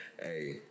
Hey